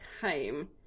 home